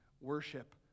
worship